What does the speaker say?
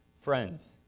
Friends